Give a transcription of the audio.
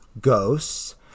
ghosts